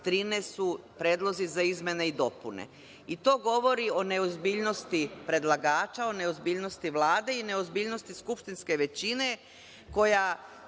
su predlozi za izmene i dopune. To govori o neozbiljnosti predlagača, o neozbiljnosti Vlade i neozbiljnosti skupštinske većine, koja